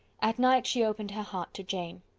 at night she opened her heart to jane.